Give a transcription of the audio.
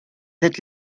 être